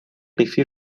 قیفی